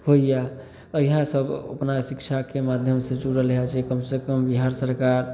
होइए इएहसब अपना शिक्षाके माध्यमसे जुड़ल हइ जे कमसे कम बिहार सरकार